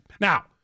Now